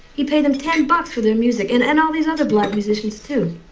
he paid them ten bucks for their music, and and all these other black musicians, too.